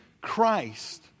Christ